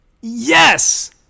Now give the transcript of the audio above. Yes